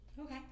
Okay